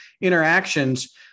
interactions